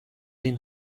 این